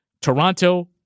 Toronto